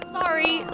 sorry